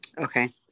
Okay